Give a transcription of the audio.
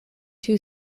two